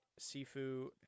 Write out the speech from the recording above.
Sifu